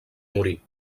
morir